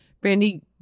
Brandy